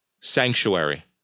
sanctuary